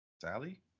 Sally